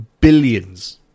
billions